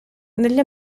negli